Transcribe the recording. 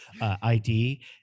ID